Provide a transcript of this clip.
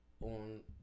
on